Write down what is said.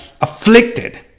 afflicted